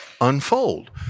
unfold